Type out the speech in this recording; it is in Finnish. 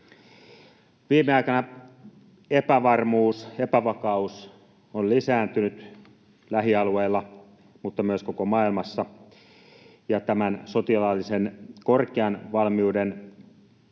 Viime aikana epävarmuus, epävakaus, on lisääntynyt lähialueilla mutta myös koko maailmassa, ja tämän sotilaallisen korkean valmiuden